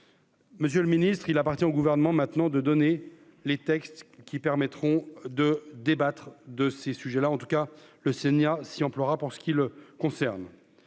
Monsieur le ministre, il appartient au gouvernement maintenant de donner les textes qui permettront de débattre de ces sujets-là, en tout cas le Sonia s'y emploiera pour ce qui le concerne,